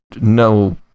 no